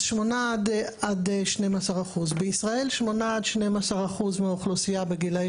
אז 8% עד 12%. בישראל 8% עד 12% מהאוכלוסייה בגילאי